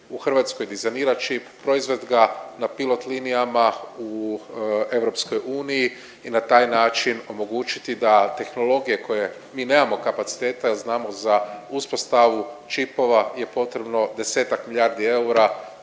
ne razumije./… proizvest ga na pilot linijama u EU i na taj način omogućiti da tehnologije koje mi nemamo kapaciteta jel znamo za uspostavu čipova je potrebno 10-tak milijardi eura,